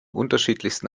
unterschiedlichsten